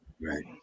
right